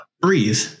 Breathe